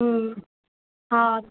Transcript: हूं हा